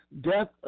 Death